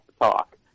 talk